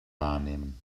wahrnehmen